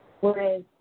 whereas